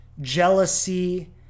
jealousy